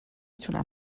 تونم